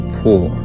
poor